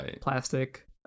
plastic